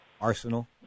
arsenal